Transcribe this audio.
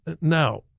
Now